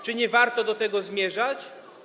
Czy nie warto do tego zmierzać?